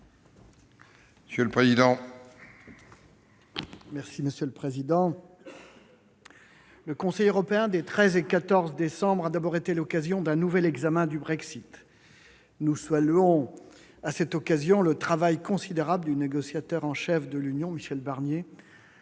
Monsieur le président,